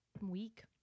week